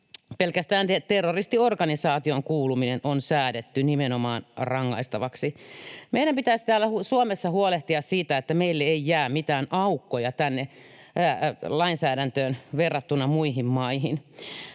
pelkästään terroristiorganisaatioon kuuluminen on nimenomaan säädetty rangaistavaksi. Meidän pitäisi täällä Suomessa huolehtia siitä, että meille ei jää mitään aukkoja tänne lainsäädäntöön verrattuna muihin maihin.